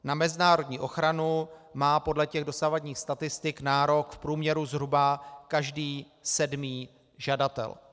Na mezinárodní ochranu má podle dosavadních statistik nárok v průměru zhruba každý sedmý žadatel.